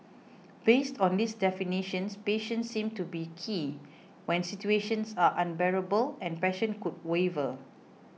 based on these definitions patience seems to be key when situations are unbearable and passion could waver